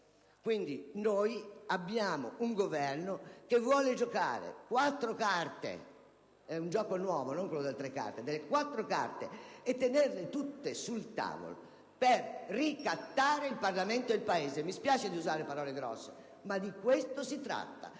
quindi un Governo che vuole giocare quattro carte (è un gioco nuovo, non quello delle tre carte) e tenerle tutte sul tavolo per ricattare il Parlamento ed il Paese. Mi spiace usare parole grosse ma di questo si tratta,